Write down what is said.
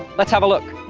let's have a look.